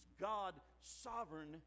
God-sovereign